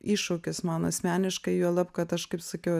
iššūkis man asmeniškai juolab kad aš kaip sakiau